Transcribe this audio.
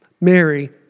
Mary